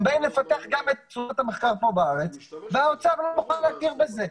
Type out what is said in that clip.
הם באים לפתח גם את המחקר כאן בארץ והאוצר לא מוכן להכיר בזה.